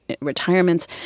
retirements